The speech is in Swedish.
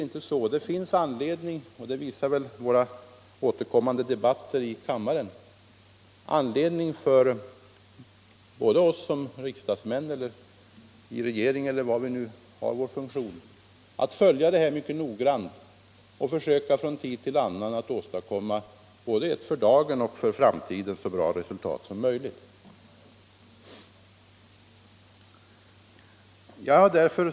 Det finns anledning — och det visar väl våra återkommande debatter i kammaren -— för oss i riksdagen, i regeringen, eller var vi nu har vår funktion, att följa detta mycket noggrant och försöka att från tid till annan åstadkomma ett resultat som både för dagen och för framtiden är så bra som möjligt.